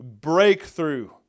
breakthrough